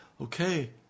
okay